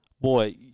Boy